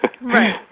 Right